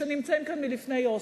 שנמצאים כאן מלפני אוסלו.